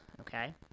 okay